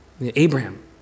Abraham